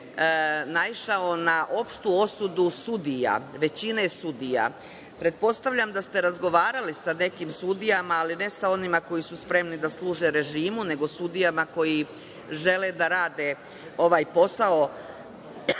je naišao na opštu osudu sudija, većine sudija. Pretpostavljam da ste razgovarali sa nekim sudijama, ali ne sa onima koji su spremni da služe režimu, nego sudijama koji žele da rade ovaj posao